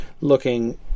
looking